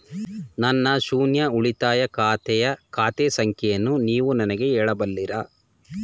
ನನ್ನ ಶೂನ್ಯ ಉಳಿತಾಯ ಖಾತೆಯ ಖಾತೆ ಸಂಖ್ಯೆಯನ್ನು ನೀವು ನನಗೆ ಹೇಳಬಲ್ಲಿರಾ?